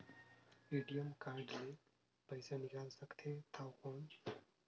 ATM card ले पइसा निकाल सकथे थव कौन?